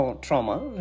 trauma